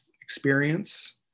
experience